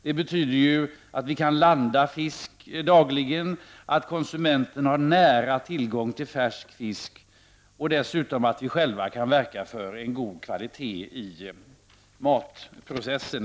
Det betyder att vi dagligen kan landa fisk, att konsumenten har nära tillgång till färsk fisk och att vi själva kan verka för en god kvalitet i konserveringsprocessen.